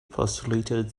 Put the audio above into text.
postulated